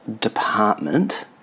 department